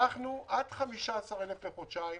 החלטנו עד 15,000 לחודשיים